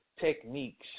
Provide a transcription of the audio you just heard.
Techniques